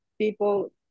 people